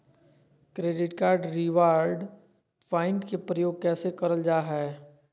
Credit card reward point के प्रयोग कैसे करल जा है?